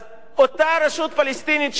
אז אותה רשות פלסטינית,